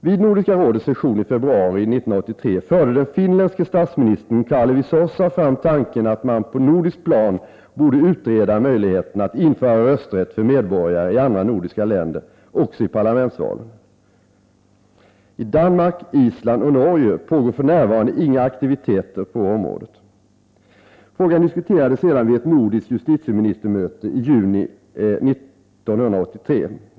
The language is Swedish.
Vid Nordiska rådets session i februari 1983 förde den finländske statsministern Kalevi Sorsa fram tanken att man på nordiskt plan borde utreda möjligheterna att införa rösträtt för medborgare i andra nordiska länder också i parlamentsvalen. I Danmark, Island och Norge pågår f.n. inga aktiviteter på området. Frågan diskuterades vid ett nordiskt justitieministermöte i juni 1983.